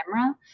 camera